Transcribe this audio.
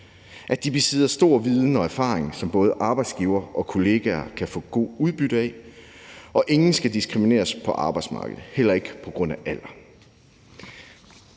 at de besidder stor viden og erfaring, som både arbejdsgivere og kolleger kan få et godt udbytte af, og at ingen skal diskrimineres på arbejdsmarkedet, heller ikke på grund af alder.